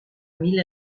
mil